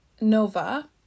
Nova